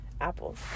apples